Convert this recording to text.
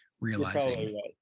realizing